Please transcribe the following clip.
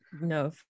No